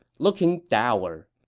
looking dour.